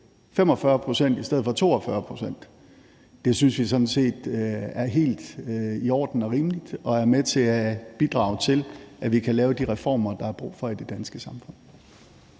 45 pct. i stedet for 42 pct. Det synes vi sådan set er helt i orden og rimeligt, og det er med til at bidrage til, at vi kan lave de reformer, der er brug for i det danske samfund.